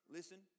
Listen